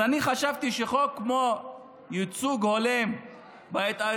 אז אני חשבתי שחוק כמו ייצוג הולם בהתאגדויות